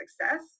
success